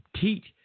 Teach